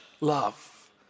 love